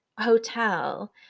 Hotel